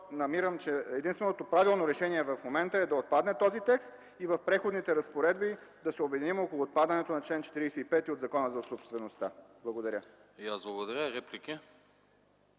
Намирам, че единственото правилно решение в момента е да отпадне този текст, а в Преходните разпоредби да се обединим около отпадането на чл. 45 от Закона за собствеността. Благодаря.